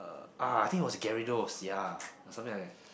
uh ah I think was Gyarados ya or something like that